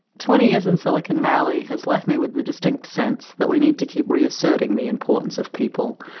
twenty years in silicon valley has left me with the distinct sense that we need to keep reasserting the importance of people,